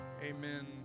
Amen